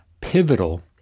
pivotal